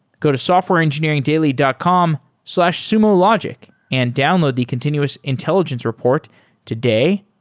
go to softwareengineeringdaily dot com slash sumologic and download the continuous intelligence report today.